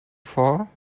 for